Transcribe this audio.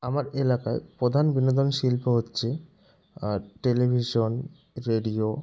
আমার এলাকায় প্রধান বিনোদন শিল্প হচ্ছে টেলিভিশন রেডিও